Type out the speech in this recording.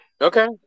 Okay